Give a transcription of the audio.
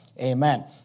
amen